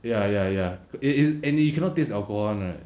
ya ya ya it is and is you cannot taste the alcohol [one] right